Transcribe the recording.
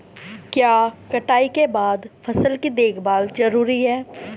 क्या कटाई के बाद फसल की देखभाल जरूरी है?